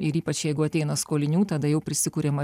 ir ypač jeigu ateina skolinių tada jau prisikuriama